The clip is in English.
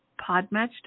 Podmatch